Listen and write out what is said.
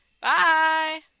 Bye